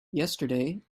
yesterday